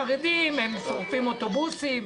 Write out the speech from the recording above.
חרדים, הם שורפים אוטובוסים.